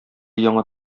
яңа